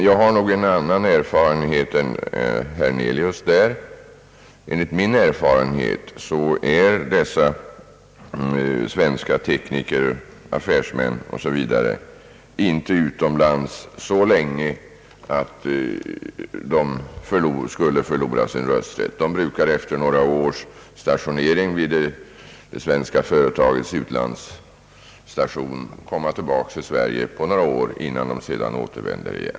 Jag har en annan erfarenhet än herr Hernelius därvidlag. Enligt min erfarenhet är dessa svenska tekniker, affärsmän o. s. v. inte utomlands så länge att de skulle förlora sin rösträtt. De brukar efter några års stationering vid det svenska företagets utlandsavdelning komma tillbaka till Sverige på några år innan de sedan reser ut igen.